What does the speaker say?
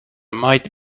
might